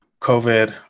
COVID